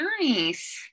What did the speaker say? nice